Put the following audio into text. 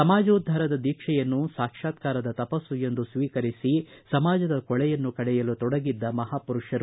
ಸಮಾಜೋದ್ದಾರದ ದೀಕ್ಷೆಯನ್ನು ಸಾಕ್ಷಾತ್ಕಾರದ ತಪಸ್ಸು ಎಂದು ಸ್ವೀಕರಿಸಿ ಸಮಾಜದ ಕೊಳೆಯನ್ನು ಕಳೆಯಲು ತೊಡಗಿದ್ದ ಮಹಾಮರುಷರು